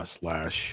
slash